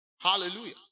Hallelujah